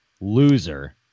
loser